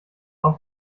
auch